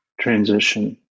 transition